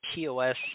tos